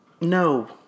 No